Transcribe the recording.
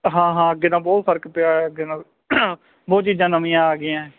ਹਾਂ ਹਾਂ ਅੱਗੇ ਤਾਂ ਬਹੁਤ ਫਰਕ ਪਿਆ ਅੱਗੇ ਨਾਲ ਬਹੁਤ ਚੀਜ਼ਾਂ ਨਵੀਆਂ ਆ ਗਈਆਂ